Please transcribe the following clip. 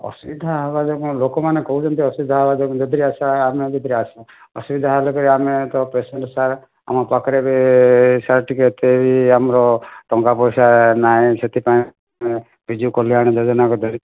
ଅସୁବିଧା ହେବା ଯୋଗୁଁ ଲୋକମାନେ କହୁଛନ୍ତି ଅସୁବିଧା ହେବା ଯୋଗୁଁ ଅସୁବିଧା ହେଲେ ତ ଆମେ ତ ପେସେଣ୍ଟ୍ ସାର୍ ଆମ ପାଖରେ ଏବେ ସାର୍ ଟିକିଏ ଏତେ ବି ଆମର ଟଙ୍କା ପଇସା ନାହିଁ ସେଥିପାଇଁ ଆମେ ବିଜୁ କଲ୍ୟାଣ ଯୋଜନାକୁ ଧରିକି